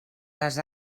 les